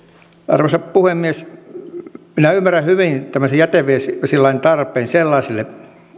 arvoisa puhemies minä ymmärrän hyvin tämmöisen jätevesilain tarpeen sellaiselle